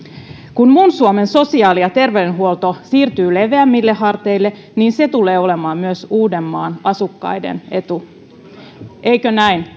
kun muun suomen sosiaali ja terveydenhuolto siirtyy leveämmille harteille se tulee olemaan myös uudenmaan asukkaiden etu eikö näin